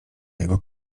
jego